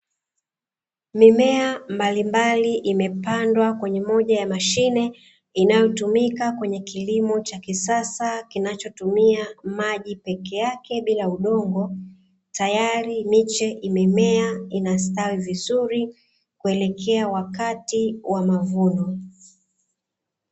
Mimea mbalimbali imepandwa kwenye moja ya mashine inayotumika kwenye kilimo cha kisasa kinachotumia maji peke yake bila udongo, tayari miche imemea inasitawi vizuri kuelekea wakati wa mavuno.